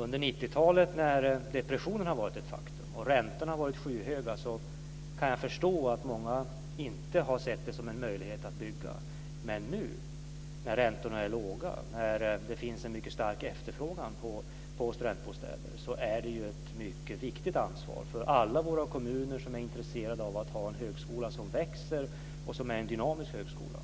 Under 90-talet då depressionen har varit ett faktum och då räntorna har varit skyhöga kan jag förstå att många inte har sett det som en möjlighet att bygga. Men nu när räntorna är låga och när det finns en mycket stor efterfrågan på studentbostäder så är det ett mycket viktigt ansvar för alla våra kommuner som är intresserade av att ha en högskola som växer och som är en dynamisk högskola